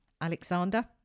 Alexander